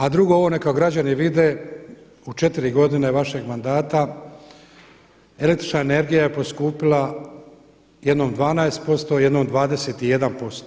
A drugo ovo neka građani vide, u 4 godine vašeg mandata električna energija je poskupila jedno 12%, jednom 21%